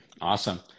Awesome